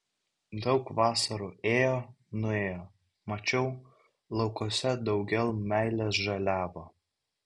daug vasarų ėjo nuėjo mačiau laukuose daugel meilės žaliavo